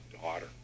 daughter